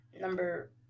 number